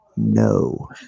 No